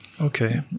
Okay